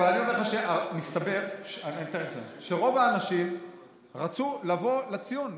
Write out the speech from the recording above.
אבל אני אומר לך שמסתבר שרוב האנשים רצו לבוא לציון.